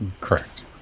Correct